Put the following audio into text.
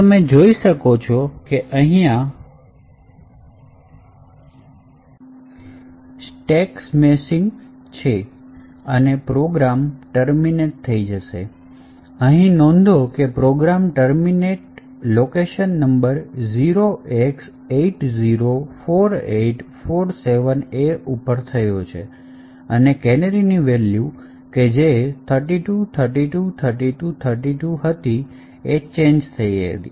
તમે જોઈ શકો છો કે અહીંયા સ્ટેક smashing છે અને પ્રોગ્રામ ટર્મિનેટ થઇ જશે અહીં નોંધો કે program terminate location number 0x804847A પર થયો અને કેનેરીની વેલ્યુ કે જે 32 32 32 32 ચેન્જ થઇ હતી